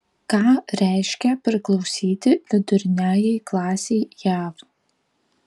ką reiškia priklausyti viduriniajai klasei jav